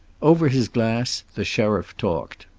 over his glass the sheriff talked.